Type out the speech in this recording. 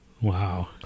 wow